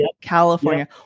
California